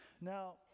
now